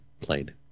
played